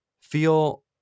feel